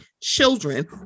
children